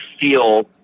feel